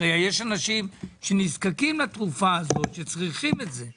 הרי יש אנשים שנזקקים לתרופה הזאת, שצריכים את זה.